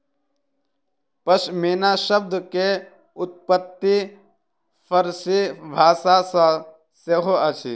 पश्मीना शब्द के उत्पत्ति फ़ारसी भाषा सॅ सेहो अछि